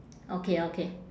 okay okay